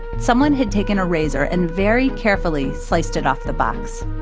someone had taken a razor and very carefully sliced it off the box.